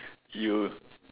you